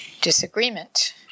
disagreement